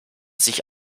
sich